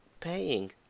paying